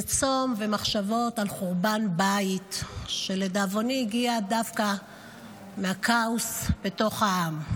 זה צום ומחשבות על חורבן בית שלדאבוני הגיע דווקא מהכאוס בתוך העם.